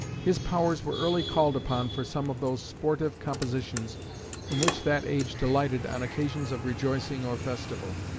his powers were early called upon for some of those sportive compositions in which that age delighted on occasions of rejoicing or festival.